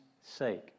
sake